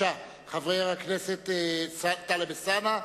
חבר הכנסת טלב אלסאנע,